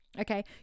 Okay